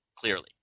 Clearly